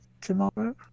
tomorrow